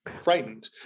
frightened